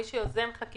מי שיוזם חקיקה